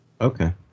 Okay